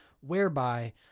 whereby